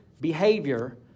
behavior